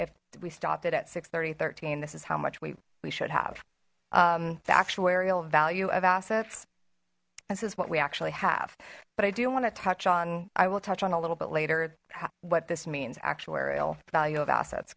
if we stopped it at six thirty thirteen this is how much we we should have the actuarial value of assets this is what we actually have but i do want to touch on i will touch on a little bit later what this means actuarial value of assets